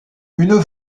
une